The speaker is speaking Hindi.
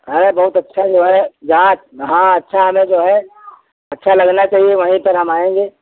हाँ यार बहुत अच्छा जो है जहाँ हाँ अच्छा हमें जो है अच्छा लगना चाहिए वहीं पर हम आएंगे